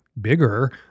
bigger